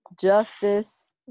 Justice